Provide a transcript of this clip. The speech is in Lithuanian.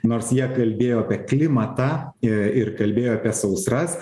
nors jie kalbėjo apie klimatą i ir kalbėjo apie sausras